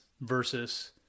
versus